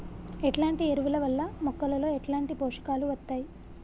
ఎట్లాంటి ఎరువుల వల్ల మొక్కలలో ఎట్లాంటి పోషకాలు వత్తయ్?